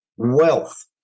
wealth